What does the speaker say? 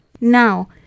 Now